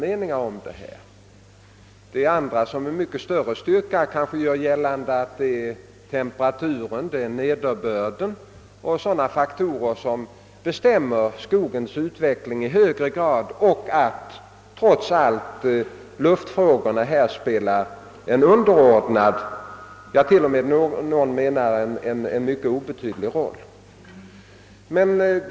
Andra personer än laborator Odén gör — kanske med större styrka — gällande att temperaturen, nederbörden och dylika faktorer bestämmer skogens utveckling i högre grad och att, trots allt, luftför oreningarna spelar en underordnad, enligt vissa experter t.o.m. en mycket obetydlig, roll.